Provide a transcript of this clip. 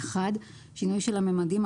שינוי של הממדים,